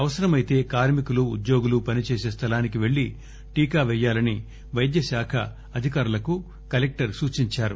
అవసరమైతే కార్మికులు ఉద్యోగులు పనిచేసే స్టలానికి పెళ్లి టీకా పెయ్యాలని పైద్య శాఖ అధికారులకు కలెక్టర్ సూచించారు